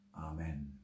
Amen